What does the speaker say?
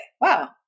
Wow